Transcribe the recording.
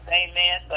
amen